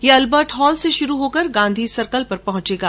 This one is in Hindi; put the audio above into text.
यह अलबर्ट हॉल से शुरू होकर गांधी सर्किल पर पहुंचेगा